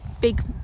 big